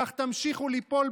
כך תמשיכו ליפול,